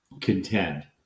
contend